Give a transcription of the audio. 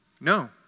No